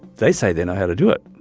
they say they know how to do it.